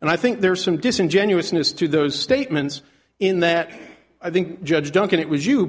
and i think there's some disingenuousness to those statements in that i think judge duncan it was you